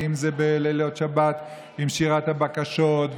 ואם זה בלילות שבת עם שירת הבקשות,